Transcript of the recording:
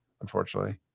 unfortunately